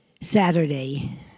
Saturday